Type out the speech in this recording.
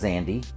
Andy